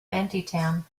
antietam